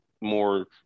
more